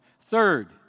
Third